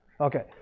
Okay